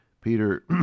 Peter